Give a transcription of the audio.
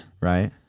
right